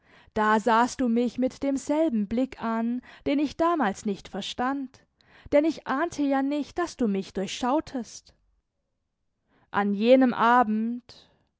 da sahst du mich mit demselben blick an den ich damals nicht verstand denn ich ahnte ja nicht daß du mich durchschautest an jenem abend